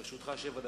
לרשותך שבע דקות.